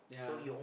yeah